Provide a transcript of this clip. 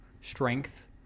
strength